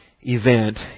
event